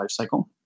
lifecycle